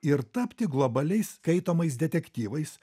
ir tapti globaliais skaitomais detektyvais